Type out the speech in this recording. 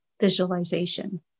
visualization